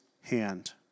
hand